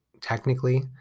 technically